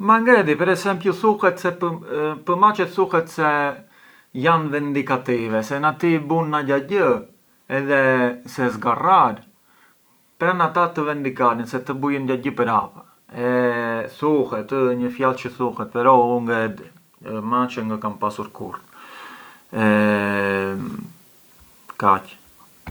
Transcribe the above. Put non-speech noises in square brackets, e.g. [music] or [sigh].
Ma ngë e di, per esempiu thuhet se, pë’ maçet thuhet se jan vendicative, se na ti i bun ndo gjagjë pran ato vendikaren se të bujën gjagjë prapa, thuhet ëh, ë një fjal çë thuhet, pran u maçe ngë kam pasur kurrë. [hesitation] e kaq.